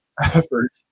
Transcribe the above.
effort